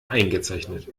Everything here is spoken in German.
eingezeichnet